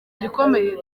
gikomeye